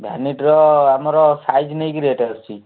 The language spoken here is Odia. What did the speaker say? ଭ୍ୟାନିଟର ଆମର ସାଇଜ ନେଇକି ରେଟ୍ ଅଛି